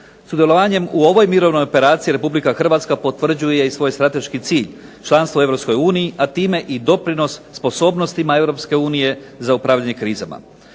Sudjelovanjem u ovoj operaciji Republika Hrvatska potvrđuje i svoj strateški cilj - članstvo u Europskoj uniji, a time i doprinos sposobnostima Europske unije za upravljanje krizama.